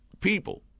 people